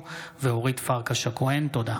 תודה.